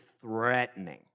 threatening